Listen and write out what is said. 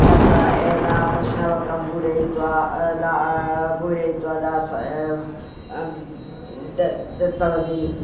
तत्र एकं प्रश्नपत्रं पूरयित्वा दास्य द दत्तवान्